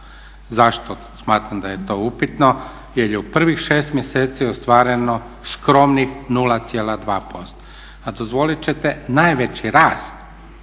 Zašto smatram da je to upitno? Jer je u prvih 6 mjeseci ostvareno skromnih 0,2%. A dozvolit ćete najveći rast